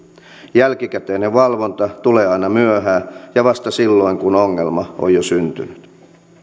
jälkikäteinen valvonta tulee aina myöhään ja vasta silloin kun ongelma on jo syntynyt